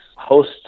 Host